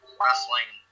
wrestling